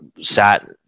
sat